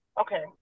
Okay